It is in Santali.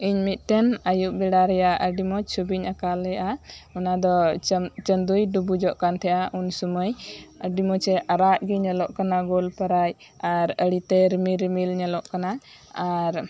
ᱤᱧ ᱢᱤᱫᱴᱮᱱ ᱟᱹᱭᱩᱵᱽ ᱵᱮᱲᱟ ᱨᱮᱭᱟᱜ ᱟᱹᱰᱤ ᱢᱚᱸᱡᱽ ᱪᱷᱚᱵᱤᱧ ᱟᱸᱠᱟᱣ ᱞᱮᱫᱼᱟ ᱚᱱᱟ ᱫᱚ ᱪᱟᱱ ᱪᱟᱸᱫᱚᱭ ᱰᱩᱵᱩᱡᱚᱜ ᱠᱟᱱ ᱛᱟᱦᱮᱸᱫᱼᱟ ᱩᱱ ᱥᱩᱢᱟᱹᱭ ᱟᱹᱰᱤ ᱢᱚᱸᱡᱽ ᱟᱨᱟᱜ ᱜᱮ ᱧᱮᱞᱚᱜ ᱠᱟᱱᱟ ᱜᱳᱞᱯᱟᱨᱟᱭ ᱟᱨ ᱟᱹᱲᱤ ᱛᱮ ᱨᱤᱢᱤᱞ ᱨᱤᱢᱤᱞ ᱧᱮᱞᱚᱜ ᱠᱟᱱᱟ ᱟᱨ